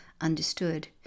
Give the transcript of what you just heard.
understood